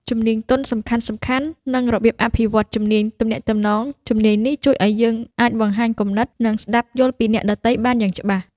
ជំនាញទន់សំខាន់ៗ និងរបៀបអភិវឌ្ឍន៍ជំនាញទំនាក់ទំនងជំនាញនេះជួយឲ្យយើងអាចបង្ហាញគំនិត និងស្តាប់យល់ពីអ្នកដទៃបានយ៉ាងច្បាស់។